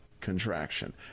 contraction